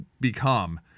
become